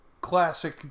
classic